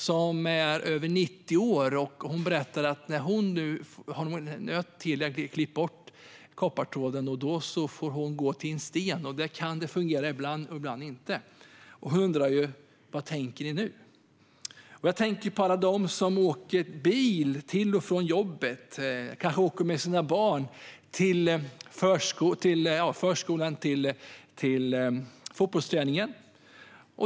Hon är över 90 år, och hon berättar att när Telia nu har klippt bort koppartråden får hon gå till en sten för att få täckning, och där kan det fungera ibland och ibland inte. Då undrar man: Vad tänker ni nu? Jag tänker på alla dem som åker bil till och från jobbet och kanske åker med sina barn till förskolan och till fotbollsträningen.